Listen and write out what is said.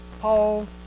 Paul